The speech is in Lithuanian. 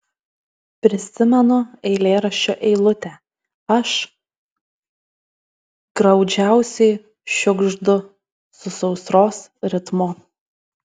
prisimenu eilėraščio eilutę aš graudžiausiai šiugždu su sausros ritmu